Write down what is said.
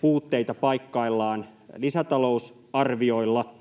puutteita paikkaillaan lisätalousarvioilla.